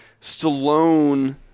Stallone